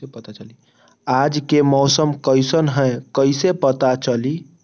आज के मौसम कईसन हैं कईसे पता चली?